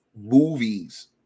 movies